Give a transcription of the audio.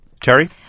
Terry